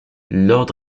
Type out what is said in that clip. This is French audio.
lord